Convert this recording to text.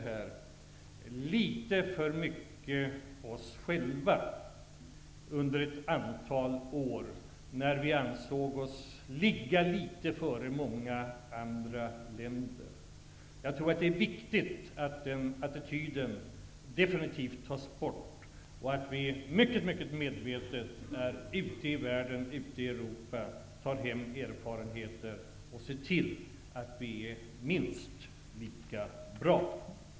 Vi har nämligen varit för oss själva litet för mycket under ett antal år när vi ansåg oss ligga litet före många andra länder. Det är viktigt att den attityden definitivt tas bort. Vi skall mycket medvetet vara ute i Europa och den övriga världen, ta till vara erfarenheter och se till att vi blir minst lika bra.